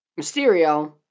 Mysterio